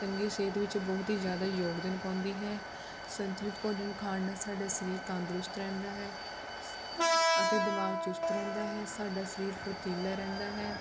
ਚੰਗੀ ਸਿਹਤ ਵਿੱਚ ਬਹੁਤ ਹੀ ਜ਼ਿਆਦਾ ਯੋਗਦਾਨ ਪਾਉਂਦੀ ਹੈ ਸੰਤੁਲਿਤ ਭੋਜਨ ਖਾਣ ਨਾਲ ਸਾਡਾ ਸਰੀਰ ਤੰਦਰੁਸਤ ਰਹਿੰਦਾ ਹੈ ਅਤੇ ਦਿਮਾਗ਼ ਚੁਸਤ ਰਹਿੰਦਾ ਹੈ ਸਾਡਾ ਸਰੀਰ ਫੁਰਤੀਲਾ ਰਹਿੰਦਾ ਹੈ